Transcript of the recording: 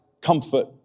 comfort